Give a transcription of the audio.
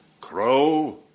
Crow